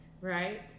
Right